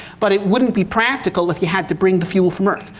but it wouldn't be practical if you had to bring the fuel from earth.